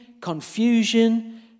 confusion